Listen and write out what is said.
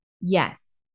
yes